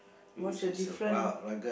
what's the different